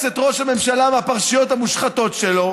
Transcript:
את ראש הממשלה מהפרשיות המושחתות שלו,